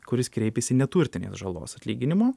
kuris kreipėsi neturtinės žalos atlyginimo